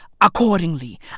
accordingly